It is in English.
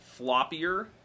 floppier